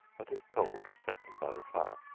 but if cold, set them by the fire.